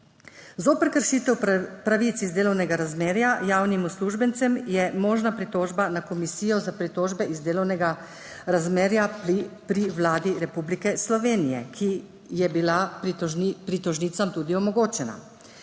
Zoper kršitev pravic iz delovnega razmerja javnim uslužbencem je možna pritožba na Komisijo za pritožbe iz delovnega razmerja pri vladi Republike Slovenije, ki je bila pritožnicam tudi omogočena.